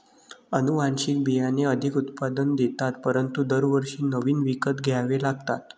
अनुवांशिक बियाणे अधिक उत्पादन देतात परंतु दरवर्षी नवीन विकत घ्यावे लागतात